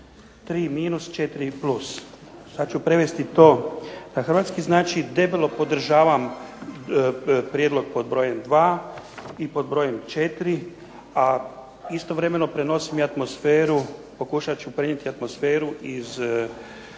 tri minus, četiri plus. Sad ću prevesti to na hrvatski. Znači, debelo podržavam prijedlog pod brojem dva i pod brojem četiri, a istovremeno prenosim i atmosferu, pokušat ću prenijeti atmosferu iz